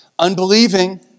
Unbelieving